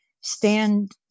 stand